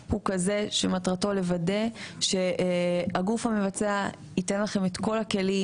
מטרתו לוודא שהגוף המבצע ייתן לכם את כל הכלים,